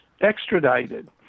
extradited